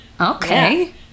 okay